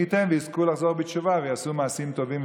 מי ייתן ויזכו לחזור בתשובה ויעשו מעשים טובים,